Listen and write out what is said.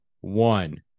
One